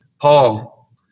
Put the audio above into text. Paul